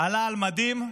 עלה על מדים,